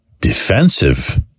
defensive